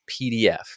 PDF